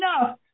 enough